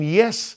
yes